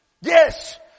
Yes